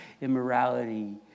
immorality